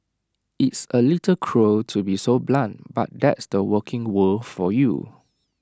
it's A little cruel to be so blunt but that's the working world for you